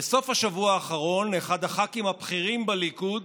בסוף השבוע האחרון אחד הח"כים הבכירים בליכוד